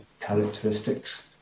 characteristics